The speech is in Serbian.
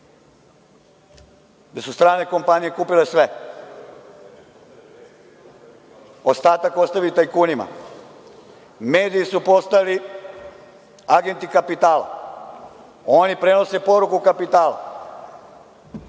gde su strane kompanije kupile sve, ostatak ostao tajkunima. Mediji su postali agenti kapitala, oni prenose poruku kapitala.